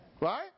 Right